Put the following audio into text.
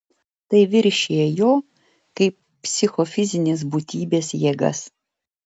tai viršija jo kaip psichofizinės būtybės jėgas